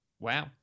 Wow